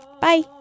Bye